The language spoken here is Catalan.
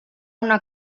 una